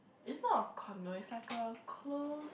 it's not a condo it's like a close